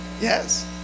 Yes